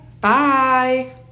Bye